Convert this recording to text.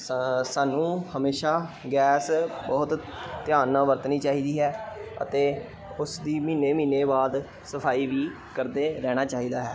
ਸਾ ਸਾਨੂੰ ਹਮੇਸ਼ਾ ਗੈਸ ਬਹੁਤ ਧਿਆਨ ਨਾਲ ਵਰਤਣੀ ਚਾਹੀਦੀ ਹੈ ਅਤੇ ਉਸ ਦੀ ਮਹੀਨੇ ਮਹੀਨੇ ਬਾਅਦ ਸਫ਼ਾਈ ਵੀ ਕਰਦੇ ਰਹਿਣਾ ਚਾਹੀਦਾ ਹੈ